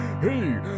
Hey